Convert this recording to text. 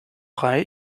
frei